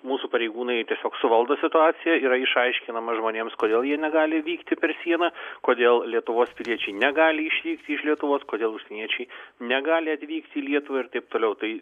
mūsų pareigūnai tiesiog suvaldo situaciją yra išaiškinama žmonėms kodėl jie negali vykti per sieną kodėl lietuvos piliečiai negali išvykti iš lietuvos kodėl užsieniečiai negali atvykti į lietuvą ir taip toliau tai